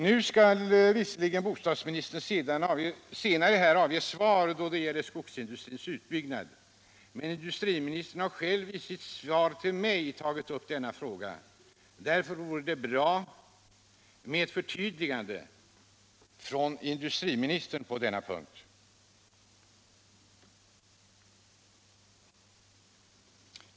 Nu skall visserligen bostadsministern senare här avge svar då det gäller skogsindustrins utbyggnad. Men industriministern har själv i sitt svar till mig tagit upp denna fråga, och därför vore det som sagt bra med ett förtydligande från industriministern på denna punkt.